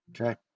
Okay